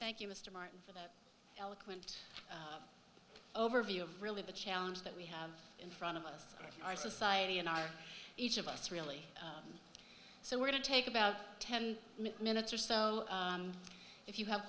thank you mr martin's eloquent overview of really the challenge that we have in front of us our society and our each of us really so we're going to take about ten minutes or so if you have